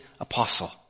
apostle